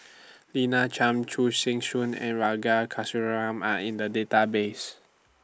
Lina Chiam Chu Chee Seng and Are in The Database